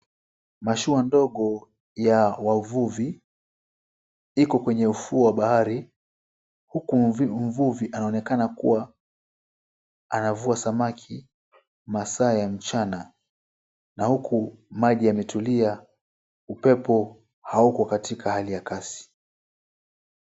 Mashua ndogo ya wavuvi iko kwenye ufuo wa bahari huku mvuvi anaonekana kuwa anavua samaki masaa ya mchana na huku maji yametulia upepo hauko katika hali ya kasi.